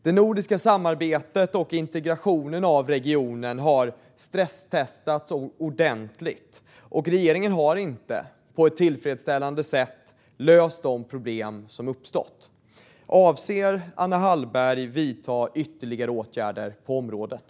Det nordiska samarbetet och integrationen av regionen har stresstestats ordentligt, och regeringen har inte på ett tillfredsställande sätt löst de problem som uppstått. Avser Anna Hallberg att vidta ytterligare åtgärder på området?